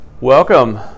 welcome